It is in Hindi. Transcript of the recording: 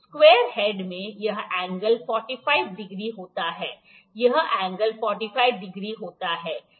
स्क्वायर हेड में यह एंगल 45 डिग्री होता है यह एंगल 45 डिग्री होता है